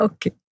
Okay